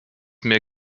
mehr